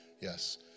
Yes